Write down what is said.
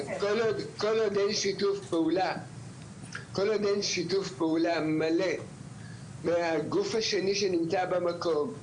כול עוד אין שיתוף פעולה מלא מהגוף השני שנמצא במקום,